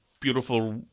beautiful